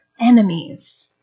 enemies